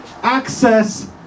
access